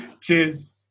Cheers